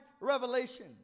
revelation